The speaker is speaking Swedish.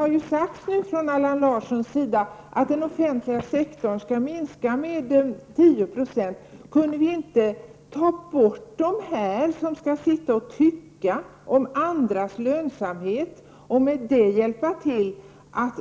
Allan Larsson har sagt att den offentliga sektorn skall minskas med 10 %. Kunde vi inte ta bort dessa människor som skall sitta och tycka om andras lönsamhet och på så sätt verkligen hjälpa till att